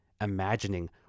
Imagining